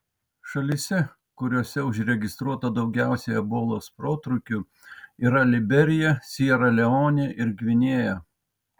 šalyse kuriose užregistruota daugiausiai ebolos protrūkių yra liberija siera leonė ir gvinėja